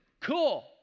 Cool